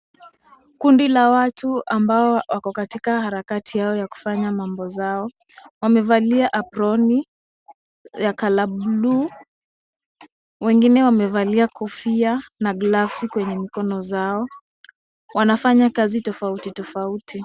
Kundi la watu ambao wako katika harakati yao ya kufanya mambo zao wamevalia aproni ya colour bluu, wengine wamevalia kofia na gloves kwenye mikono zao. Wanafanya kazi tofauti tofauti.